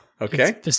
Okay